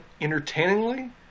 entertainingly